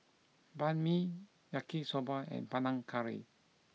Banh Mi Yaki soba and Panang Curry